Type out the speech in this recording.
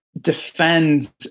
defend